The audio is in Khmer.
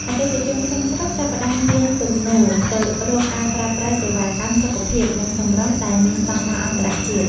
អតិថិជនក្នុងស្រុកចាប់ផ្តើមមានទំនោរទៅរកការប្រើប្រាស់សេវាកម្មសុខភាព និងសម្រស់ដែលមានស្តង់ដារអន្តរជាតិ។